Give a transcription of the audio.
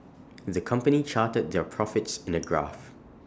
the company charted their profits in A graph